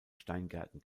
steingärten